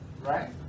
Right